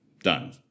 Done